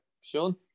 Sean